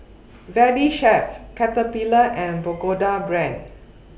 Valley Chef Caterpillar and Pagoda Brand